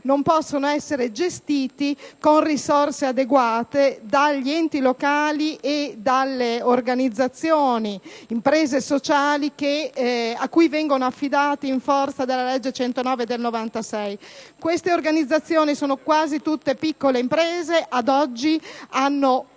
non possono essere gestiti con risorse adeguate dagli enti locali e dalle organizzazioni e imprese sociali a cui vengono affidati in forza della legge n. 109 del 1996. Si tratta quasi sempre di piccole imprese che ad oggi hanno